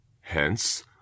Hence